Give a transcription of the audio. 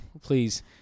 Please